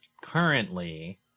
currently